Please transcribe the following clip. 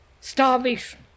starvation –